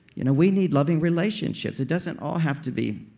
you know we need loving relationships. it doesn't all have to be